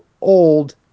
old